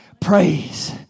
praise